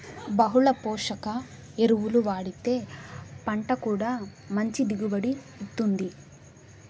బహుళ పోషక ఎరువులు వాడితే పంట కూడా మంచి దిగుబడిని ఇత్తుంది